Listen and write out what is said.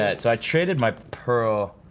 ah so i traded my pearl,